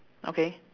okay